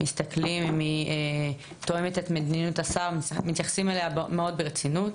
מסתכלים אם היא תואמת את מדיניות השר ומתייחסים אליה מאוד ברצינות.